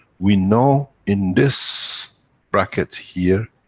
we know in this bracket here,